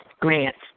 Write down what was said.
grants